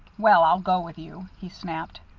well, i'll go with you, he snapped.